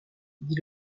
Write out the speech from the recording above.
dit